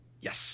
Yes